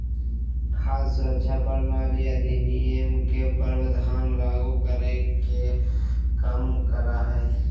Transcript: खाद्य सुरक्षा प्रणाली अधिनियम के प्रावधान लागू कराय के कम करा हइ